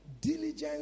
diligence